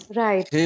right